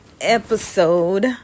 episode